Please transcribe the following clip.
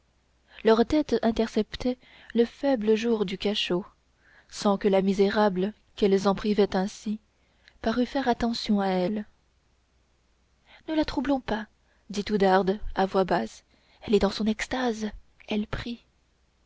leur tête interceptait le faible jour du cachot sans que la misérable qu'elles en privaient ainsi parût faire attention à elles ne la troublons pas dit oudarde à voix basse elle est dans son extase elle prie